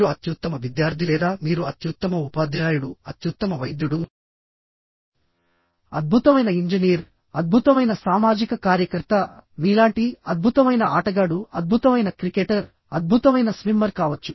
మీరు అత్యుత్తమ విద్యార్థి లేదా మీరు అత్యుత్తమ ఉపాధ్యాయుడు అత్యుత్తమ వైద్యుడు అద్భుతమైన ఇంజనీర్ అద్భుతమైన సామాజిక కార్యకర్త మీలాంటి అద్భుతమైన ఆటగాడు అద్భుతమైన క్రికెటర్ అద్భుతమైన స్విమ్మర్ కావచ్చు